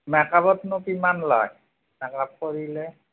মেকাপতনো কিমান লয় মেকাপ কৰিলে